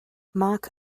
mark